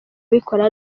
bikora